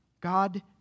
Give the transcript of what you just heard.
God